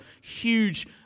huge